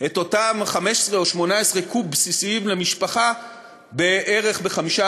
את אותם 15 או 18 קוב בסיסיים למשפחה בערך ב-15%.